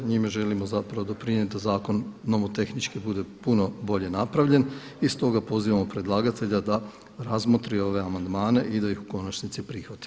Njime želimo zapravo doprinijeti da zakon nomotehnički bude puno bolje napravljen i stoga pozivamo predlagatelj da razmotri ove amandmane i da ih u konačnici prihvati.